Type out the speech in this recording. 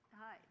hi